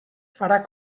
farà